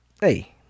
hey